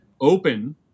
open